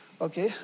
Okay